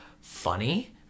funny